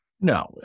No